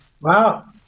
Wow